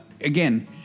again